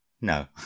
no